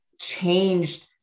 changed